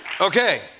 Okay